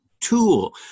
tool